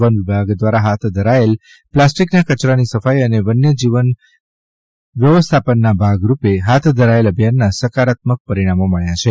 વનવિભાગ દ્વારા હાથ ધરાયેલા પ્લાસ્ટિકના કચરાની સફાઇ અને વન્ય જીવ વ્યવસ્થાપનના ભાગરૂપે હાથ ધરાયેલ અભિયાનના સકારાત્મક પરિણામો મબ્યા છે